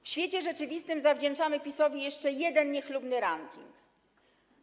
W świecie rzeczywistym zawdzięczamy PiS-owi jeszcze jeden niechlubny ranking.